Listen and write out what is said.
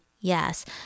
yes